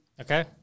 Okay